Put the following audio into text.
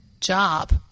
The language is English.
job